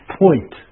point